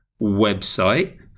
website